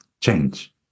change